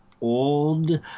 old